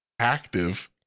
Active